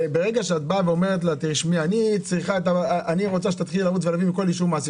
כשאת אומרת לה: אני רוצה שתביאי מכל מעסיק.